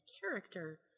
character